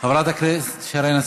חברת הכנסת שרן השכל.